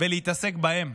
ולהתעסק בהם.